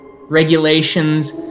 regulations